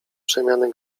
przemiany